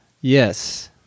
yes